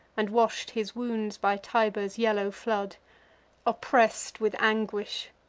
and wash'd his wounds by tiber's yellow flood oppress'd with anguish,